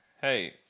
Hey